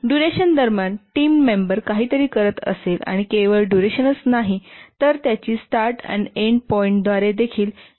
duration दरम्यान team member काहीतरी करत असेल आणि केवळ डुरेशनच नाही तर त्याची स्टार्ट आणि एन्ड पॉईंटद्वारे देखील डिफाइन केली जाईल